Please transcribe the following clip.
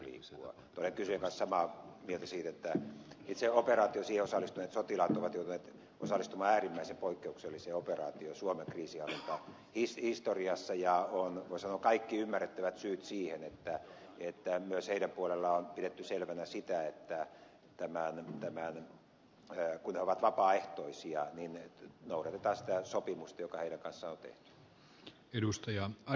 olen kysyjän kanssa samaa mieltä siitä että itse operaatioon osallistuneet sotilaat ovat joutuneet osallistumaan äärimmäisen poikkeukselliseen operaatioon suomen kriisinhallintahistoriassa ja on voi sanoa kaikki ymmärrettävät syyt siihen että myös heidän puolellaan on pidetty selvänä sitä että kun he ovat vapaaehtoisia niin noudatetaan sitä sopimusta joka heidän kanssaan on tehty